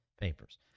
papers